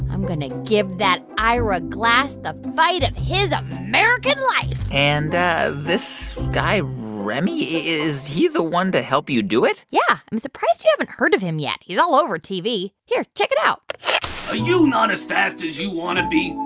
i'm going to give that ira glass the fight of his american life and this guy remi is he the one to help you do it? yeah. i'm surprised you haven't heard of him yet. he's all over tv. here, check it out are you not as fast as you want to be?